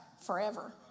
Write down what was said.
forever